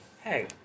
Hey